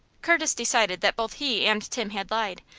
curtis decided that both he and tim had lied,